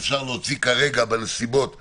שאפשר להוציא כרגע, בנסיבות הקיימות.